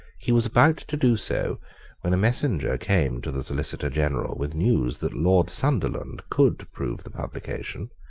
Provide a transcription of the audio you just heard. he was about to do so when a messenger came to the solicitor general with news that lord sunderland could prove the publication,